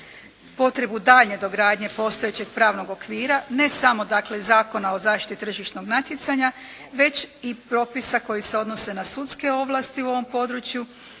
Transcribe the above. potrebu daljnje dogradnje postojećeg pravnog okvira, ne samo dakle Zakona o zaštiti tržišnog natjecanja već i propisa koji se odnose na sudske ovlasti u ovom području